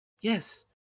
Yes